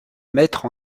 mettre